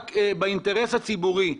באינטרס הציבורי.